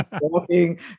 walking